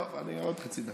טוב, עוד חצי דקה.